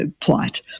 plot